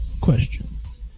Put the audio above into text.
questions